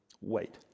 wait